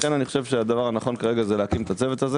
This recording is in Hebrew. לכן אני חושב שהדבר הנכון כרגע הוא להקים את הצוות הזה